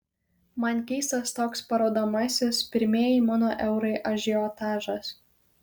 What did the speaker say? man keistas toks parodomasis pirmieji mano eurai ažiotažas